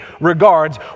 regards